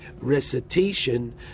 recitation